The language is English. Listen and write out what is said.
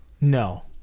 No